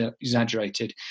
exaggerated